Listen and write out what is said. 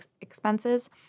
expenses